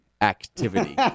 activity